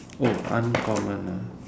oh uncommon ah